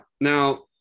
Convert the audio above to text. Now